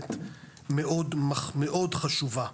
תוספת מאוד חשובה.